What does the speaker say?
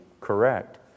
correct